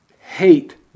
hate